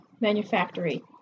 manufactory